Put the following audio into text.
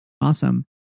Awesome